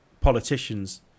politicians